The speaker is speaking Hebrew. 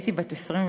הייתי בת 22,